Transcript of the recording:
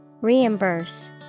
Reimburse